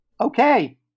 Okay